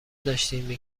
داشتین